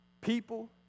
people